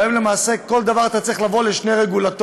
והיום למעשה בכל דבר אתה צריך לבוא לשני רגולטורים.